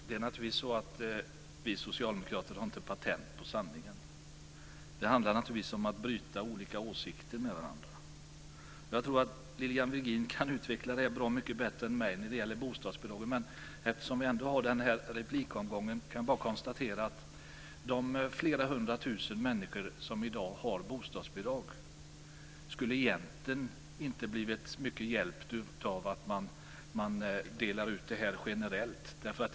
Fru talman! Vi socialdemokraterna har naturligtvis inte patent på sanningen. Det handlar om att bryta olika åsikter mot varandra. Lilian Virgin kan utveckla detta med bostadsbidragen bättre än jag. Men jag konstaterar bara att de flera hundra tusen människor som i dag har bostadsbidrag skulle egentligen inte ha blivit mycket hjälpta av att man delar ut bostadsbidraget generellt.